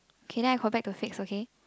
k then I go back to six okay